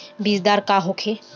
बीजदर का होखे?